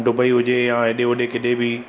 Dubai हुजे या हेॾे होॾे किथे बि